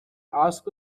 ask